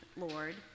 Lord